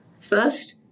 First